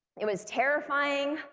it was terrifying,